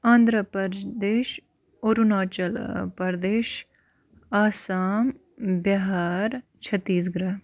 آنٛدھرا پرٛدیش اروٗناچَل ٲں پرٛدیش آسام بِہار چھتیٖس گڑھ